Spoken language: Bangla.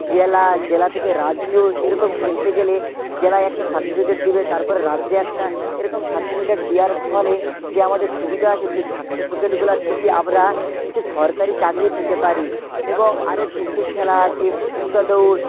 জেলা জেলা থেকে রাজ্য এরকম খেলতে গেলে জেলায় একটা সার্টিফিকেট দিবে তারপর রাজ্যে একটা এরকম সার্টিফিকেট দেওয়ার ফলে যে আমাদের সুবিধা আছে সে সার্টিফিকেটগুলোর থেকে আবরা কিছু সরকারি চাকরি পেতে পারি এবং আরও ক্রিকেট খেলা আছে ছোটা দৌড়